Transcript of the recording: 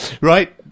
right